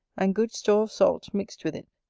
and good store of salt mixed with it.